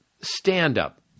stand-up